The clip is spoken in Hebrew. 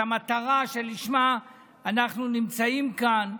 את המטרה שלשמה אנחנו נמצאים כאן.